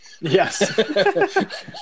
yes